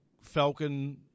Falcon